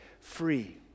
free